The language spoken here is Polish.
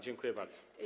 Dziękuję bardzo.